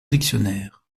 dictionnaire